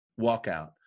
walkout